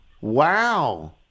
Wow